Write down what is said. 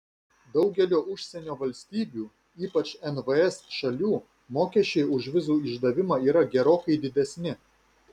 daugelio užsienio valstybių ypač nvs šalių mokesčiai už vizų išdavimą yra gerokai didesni